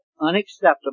unacceptable